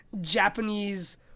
Japanese